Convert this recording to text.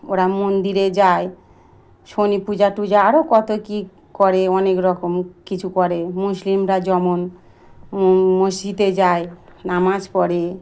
ওরা মন্দিরে যায় শনি পূজা টুজা আরও কত কী করে অনেক রকম কিছু করে মুসলিমরা যেমন মসজিদে যায় নামাজ পড়ে